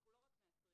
אנחנו לא רק רגישים,